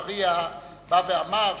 מה שחבר הכנסת עפו אגבאריה בא ואמר,